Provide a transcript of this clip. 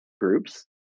groups